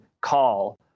call